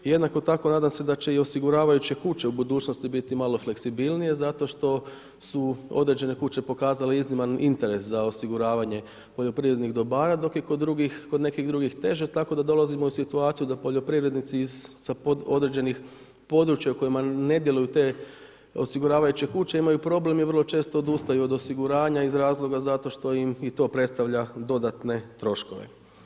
I jednako tako nadam se da će i osiguravajuće kuće u budućnosti biti malo fleksibilnije zato što su određene kuće pokazale izniman interes za osiguravanje poljoprivrednih dobara dok je kod nekih drugih teže, tako da dolazimo u situaciju da poljoprivrednici sa određenih područja u kojima ne djeluju te osiguravajuće kuće imaju problem i vrlo često odustaju od osiguranja iz razloga zato što im i to predstavlja dodatne troškove.